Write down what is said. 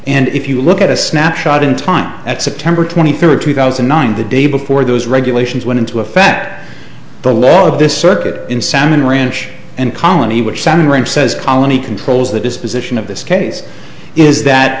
and if you look at a snapshot in time at september twenty third two thousand and nine the day before those regulations went into effect the law of this circuit in salmon ranch and colony which senator graham says colony controls the disposition of this case is that